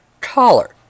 collar